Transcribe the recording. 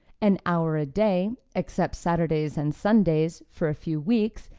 an hour a day, except saturdays and sundays, for a few weeks,